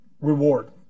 reward